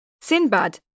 Sinbad